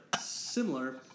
similar